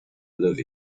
love